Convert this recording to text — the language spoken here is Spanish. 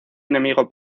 enemigo